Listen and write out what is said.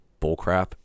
bullcrap